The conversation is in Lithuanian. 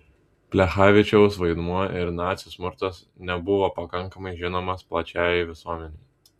plechavičiaus vaidmuo ir nacių smurtas nebuvo pakankamai žinomas plačiajai visuomenei